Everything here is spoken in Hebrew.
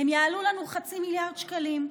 הן יעלו לנו חצי מיליארד שקלים,